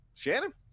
shannon